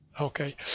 Okay